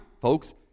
folks